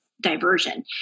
diversion